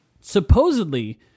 Supposedly